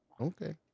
Okay